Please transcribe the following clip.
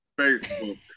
Facebook